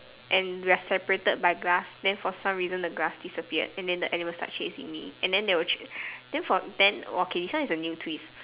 and we are separated by glass then for some reason the glass disappeared and then the animal start chasing me and the they were cha~ then from then okay this one is a new twist